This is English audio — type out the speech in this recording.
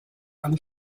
from